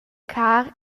car